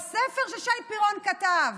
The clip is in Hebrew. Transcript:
בספר ששי פירון כתב